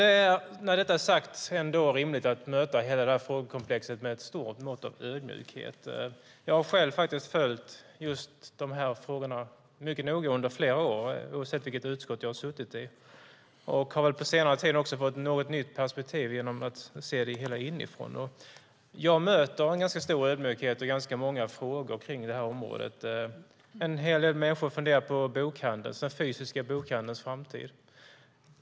Med detta sagt är det ändå rimligt att möta hela detta frågekomplex med ett stort mått av ödmjukhet. Jag har själv följt just dessa frågor mycket noga under flera år, oavsett vilket utskott jag har suttit i. På senare tid har jag också fått ett något nytt perspektiv genom att se det hela inifrån. Jag möter en ganska stor ödmjukhet och ganska många frågor på området. En hel del människor funderar på bokhandelns - den fysiska bokhandelns - framtid.